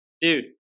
Dude